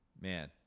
man